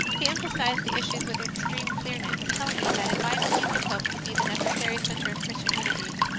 he emphasized the issues with extreme clearness, telling me that if i believed the pope to be the necessary centre of christian unity,